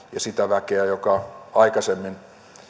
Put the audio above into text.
sitä väkeä joka aikaisemmin